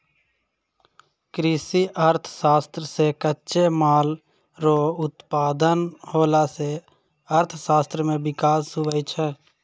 कृषि अर्थशास्त्र से कच्चे माल रो उत्पादन होला से अर्थशास्त्र मे विकास हुवै छै